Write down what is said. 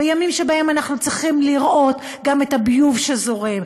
בימים שבהם אנחנו צריכים לראות גם את הביוב שזורם,